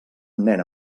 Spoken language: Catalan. nen